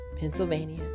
Pennsylvania